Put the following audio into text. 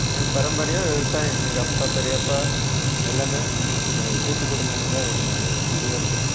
நாங்கள் பரம்பரையாக விவசாயம் எங்கள் அப்பா பெரியப்பா எல்லாமே கூட்டுக் குடும்பமாக தான் இருந்தாங்க இது வரைக்கும்